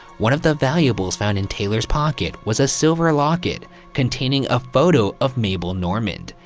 one of the valuables found in taylor's pocket was a silver locket containing a photo of mabel normand,